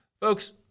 Folks